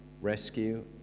rescue